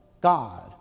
God